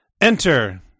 Enter